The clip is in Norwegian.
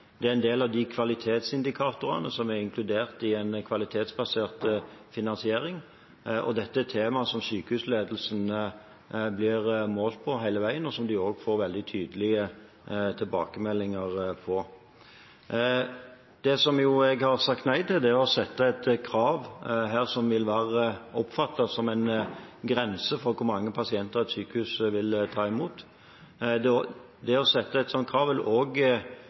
det er en del av de kvalitetsindikatorene som er inkludert i en kvalitetsbasert finansiering. Og dette er et tema som sykehusledelsen blir målt på hele veien, og som de også får veldig tydelige tilbakemeldinger på. Det jeg har sagt nei til, er å ha et krav her som vil bli oppfattet som en grense for hvor mange pasienter et sykehus vil ta imot. Et slikt krav vil også kunne hindre det